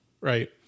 right